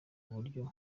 uburyo